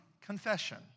confession